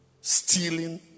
stealing